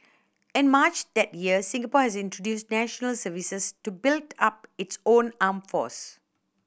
in March that year Singapore had introduced national services to build up its own armed force